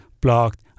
blocked